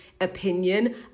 opinion